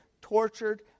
Tortured